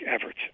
efforts